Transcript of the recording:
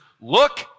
Look